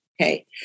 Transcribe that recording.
Okay